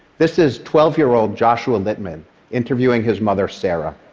this is twelve year old joshua littman interviewing his mother, sarah.